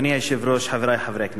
אדוני היושב-ראש, חברי חברי הכנסת,